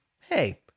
Hey